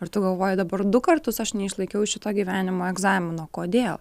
ar tu galvoji dabar du kartus aš neišlaikiau šito gyvenimo egzamino kodėl